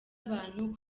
abantu